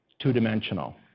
two-dimensional